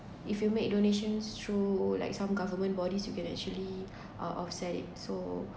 if you made donations through like some government bodies you can actually uh offset it so